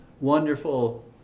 wonderful